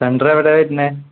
centre എവിടെ വരുന്നത്